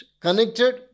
connected